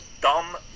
dumb